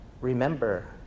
remember